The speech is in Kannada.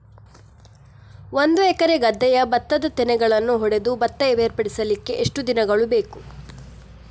ಒಂದು ಎಕರೆ ಗದ್ದೆಯ ಭತ್ತದ ತೆನೆಗಳನ್ನು ಹೊಡೆದು ಭತ್ತ ಬೇರ್ಪಡಿಸಲಿಕ್ಕೆ ಎಷ್ಟು ದಿನಗಳು ಬೇಕು?